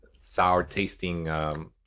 sour-tasting